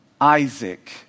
Isaac